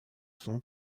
son